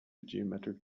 geometric